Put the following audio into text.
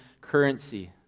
currency